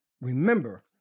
remember